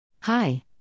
Hi